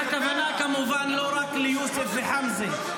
והכוונה כמובן לא רק ליוסף וחאמזה,